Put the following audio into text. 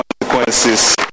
consequences